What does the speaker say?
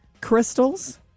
crystals